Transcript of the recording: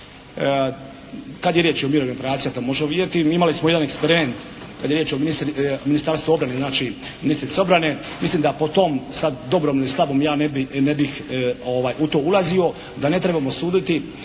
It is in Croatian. Kad je riječ o mirovnim operacijama to možemo vidjeti. Imali smo jedan eksperiment kad je riječ o Ministarstvu obrane, znači ministrica obrane. Mislim da po tom, dobrom ili slabom, ja ne bih u to ulazio, da ne trebamo suditi.